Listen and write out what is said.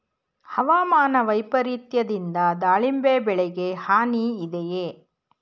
ಹವಾಮಾನ ವೈಪರಿತ್ಯದಿಂದ ದಾಳಿಂಬೆ ಬೆಳೆಗೆ ಹಾನಿ ಇದೆಯೇ?